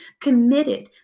committed